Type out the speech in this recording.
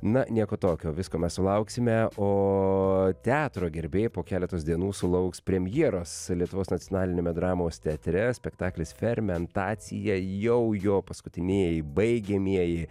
na nieko tokio visko mes sulauksime o teatro gerbėjai po keletos dienų sulauks premjeros lietuvos nacionaliniame dramos teatre spektaklis fermentacija jau jo paskutinieji baigiamieji